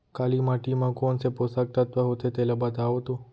काली माटी म कोन से पोसक तत्व होथे तेला बताओ तो?